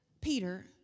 Peter